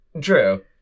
true